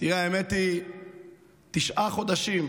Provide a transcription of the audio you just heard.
האמת היא שתשעה חודשים,